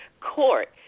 court